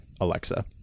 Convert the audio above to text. alexa